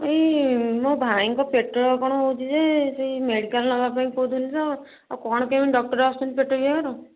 ଏଇ ମୋ ଭାଇଙ୍କ ପେଟ କ'ଣ ହେଉଛି ଯେ ସେଇ ମେଡ଼ିକାଲ୍ ନେବା ପାଇଁ କହୁଥିଲି ତ ଆଉ କ'ଣ ପାଇଁ ଡକ୍ଟର ଆସୁଛନ୍ତି ପେଟ ବିଭାଗର